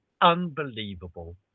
unbelievable